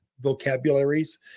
vocabularies